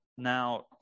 Now